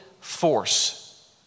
force